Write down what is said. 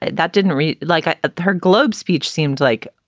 that didn't read like ah ah her globe speech seemed like,